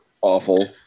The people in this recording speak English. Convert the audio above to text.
awful